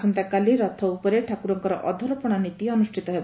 ଆସନ୍ତାକାଲି ରଥ ଉପରେ ଠାକୁରଙ୍କର ଅଧରପଶା ନୀତି ଅନୁଷ୍ଠିତ ହେବ